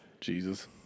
Jesus